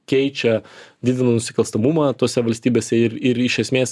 keičia didina nusikalstamumą tose valstybėse ir ir iš esmės